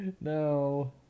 No